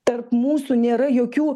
tarp mūsų nėra jokių